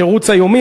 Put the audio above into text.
התירוץ היומי,